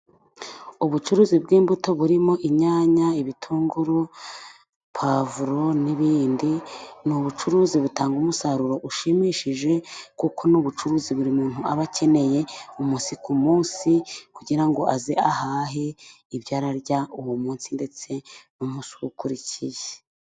Ubucuruzi bw'imbuto burimo inyanya ibitunguru pavuro n'ibindi ,ni ubucuruzi butanga umusaruro ushimishije, kuko n'ubucuruzi buri muntu aba akeneye umunsi ku munsi, kugira ngo aze ahahe ibyo ararya uwo munsi ndetse n'umunsi ukurikiye.